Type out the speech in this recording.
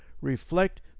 reflect